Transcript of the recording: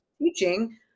teaching